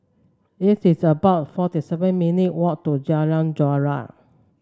it is about forty seven minute walk to Jalan Joran